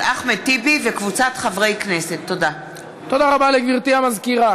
תודה לגברתי המזכירה.